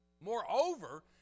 moreover